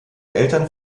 eltern